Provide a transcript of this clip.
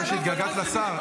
אני רואה שהתגעגעת לשר.